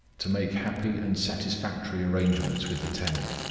to make happy and satisfactory arrangements with the tenant,